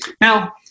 now